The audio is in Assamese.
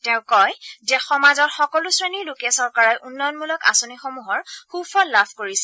তেওঁ কয় যে সমাজৰ সকলো শ্ৰেণীৰ লোকে চৰকাৰৰ উন্নয়নমূলক আঁচনিসমূহৰ সুফল লাভ কৰিছে